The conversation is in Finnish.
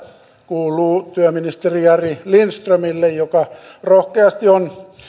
kuuluu työministeri jari lindströmille joka rohkeasti on